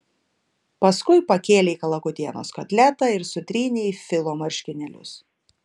paskui pakėlei kalakutienos kotletą ir sutrynei į filo marškinėlius